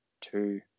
two